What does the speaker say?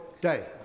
day